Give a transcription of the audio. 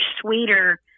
sweeter